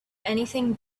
anything